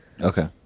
okay